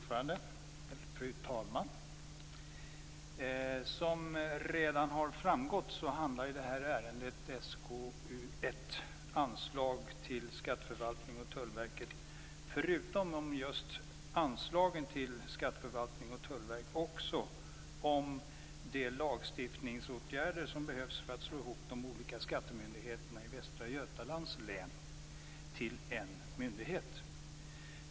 Fru talman! Som redan har framgått handlar det här ärendet, SkU1, Anslag till skatteförvaltningen och Tullverket, förutom om just anslagen till skatteförvaltningen och Tullverket också om de lagstiftningsåtgärder som behövs för att slå ihop de olika skattemyndigheterna i Västra Götalands län till en myndighet.